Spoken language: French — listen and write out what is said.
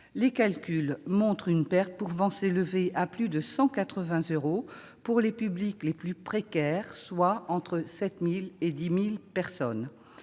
Les calculs montrent une perte pouvant s'élever à près de 180 euros pour les publics les plus précaires, soit entre 7 000 et 10 000 personnes.